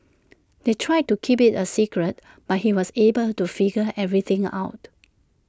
they tried to keep IT A secret but he was able to figure everything out